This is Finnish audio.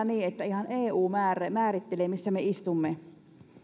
niin että ihan eu määrittelee missä me istumme